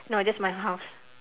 no just my house